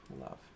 love